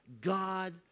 God